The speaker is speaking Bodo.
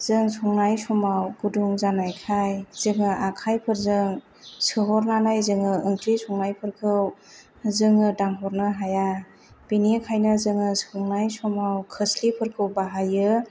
जों संनाय समाव गुदुं जानायखाय जेबो आखायफोरजों सोहरनानै जोङो ओंख्रि संनायफोरखौ जोङो दांहरनो हाया बेनिखायनो जोङो संनाय समाव खोस्लिफोरखौ बाहायो